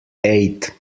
eight